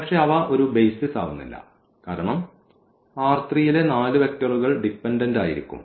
പക്ഷേ അവ ഒരു ബെയ്സിസ് ആവുന്നില്ല കാരണം യിലെ നാല് വെക്റ്ററുകൾ ഡിപെൻഡൻഡ് ആയിരിക്കും